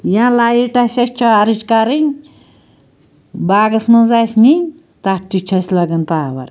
یا لایٹ آسہِ اسہِ چارٕج کَرٕنۍ باغَس مَنٛز آسہِ نِنۍ تتھ تہِ چھُ اسہِ لگان پاوَر